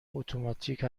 اتوماتیک